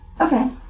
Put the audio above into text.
Okay